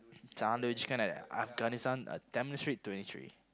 ah Tamil street twenty three